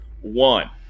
one